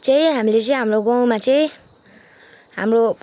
चाहिँ हामीले चाहिँ हाम्रो गाउँमा चाहिँ हाम्रो